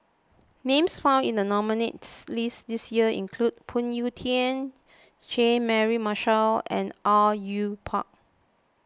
names found in the nominees' list this year include Phoon Yew Tien Jean Mary Marshall and Au Yue Pak